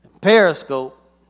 Periscope